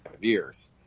years